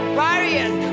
barriers